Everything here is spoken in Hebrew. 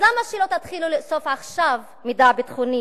אז למה שלא תתחילו לאסוף עכשיו מידע ביטחוני